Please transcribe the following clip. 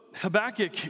Habakkuk